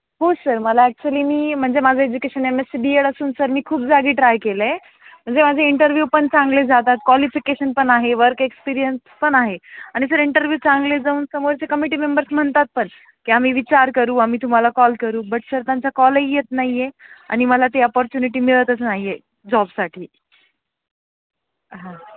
हो सर मला ॲक्च्युली मी म्हणजे माझं education M S C B Ed असून सर मी खूप जागी ट्राय केलं आहे म्हणजे माझे इंटरव्यू पण चांगले जातात कॉलिफिकेशन पण आहे वर्क एक्सपिरियन पण आहे आणि सर इंटरव्यू चांगले जाऊन समोरचे कमिटी मेंबर्स म्हणतात पण की आम्ही विचार करू आम्ही तुम्हाला कॉल करू बट सर त्यांचा कॉलही येत नाही आहे आणि मला ती अपॉर्च्युनिटी मिळतच नाही आहे जॉबसाठी हां